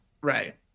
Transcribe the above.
right